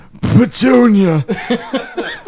petunia